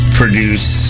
produce